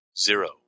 zero